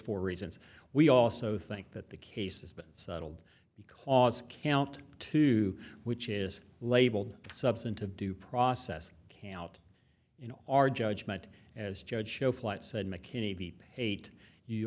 four reasons we also think that the case has been settled because count two which is labeled substantive due process can out in our judgment as judge show flight said mckinney be paid you